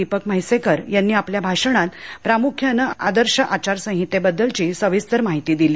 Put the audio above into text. दीपक म्हैसेकर यांनी आपल्या भाषणात प्रामुख्यानं आदर्श आचार संहितेबद्दलची सविस्तर माहिती दिली